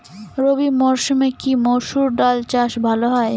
রবি মরসুমে কি মসুর ডাল চাষ ভালো হয়?